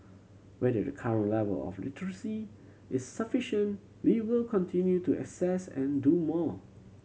whether the current level of literacy is sufficient we will continue to assess and do more